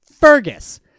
Fergus